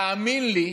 תאמין לי,